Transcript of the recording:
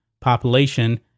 population